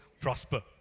prosper